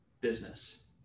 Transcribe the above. business